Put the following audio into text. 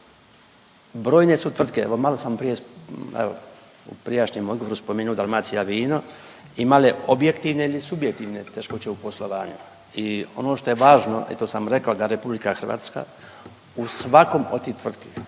brojne su tvrtke evo malo sam prije, evo u prijašnjem odgovoru spomenuo Dalmacija vino imale objektivne ili subjektivne teškoće u poslovanju. I ono što je važno i to sam rekao da Republika Hrvatska u svakom od tih tvrtki